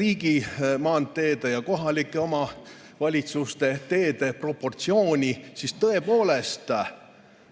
riigimaanteede ja kohalike omavalitsuste teede proportsiooni, siis kohalike